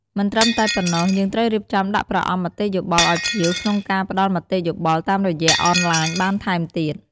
មិនត្រឹមតែប៉ុណ្ណោះ យើងត្រូវរៀបចំដាក់ប្រអប់មតិយោបល់អោយភ្ញៀវក្នុងការផ្តល់មតិយោបល់តាមរយៈអនឡាញបានថែមទៀត។